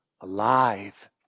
alive